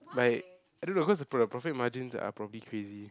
like I don't know cause the pro~ the profit margins are probably crazy